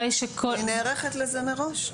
והיא נערכת לזה מראש.